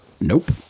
Nope